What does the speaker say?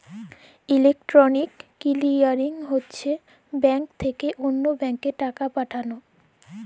electronic clearing হছে bank থ্যাকে অল্য ব্যাংকে টাকা পাঠাল